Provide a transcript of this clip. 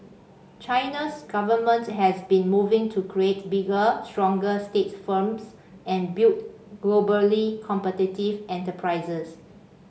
China's government has been moving to create bigger stronger state firms and build globally competitive enterprises